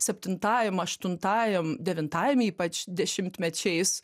septintajam aštuntajam devintajam ypač dešimtmečiais